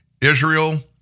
Israel